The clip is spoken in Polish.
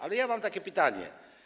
Ale mam takie pytanie.